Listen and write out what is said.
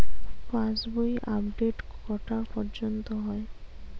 পাশ বই আপডেট কটা পর্যন্ত হয়?